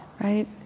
Right